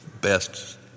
best